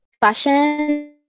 fashion